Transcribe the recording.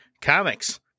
comics